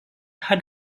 had